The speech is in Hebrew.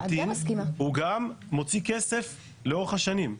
הוא גם מוציא כסף לאורך השנים,